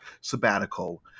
sabbatical